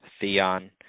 Theon